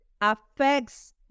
affects